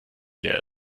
leer